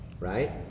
right